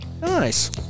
Nice